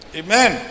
amen